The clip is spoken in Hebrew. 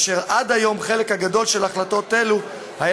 אשר עד היום החלק הגדול של החלטות אלו היה